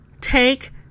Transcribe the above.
Take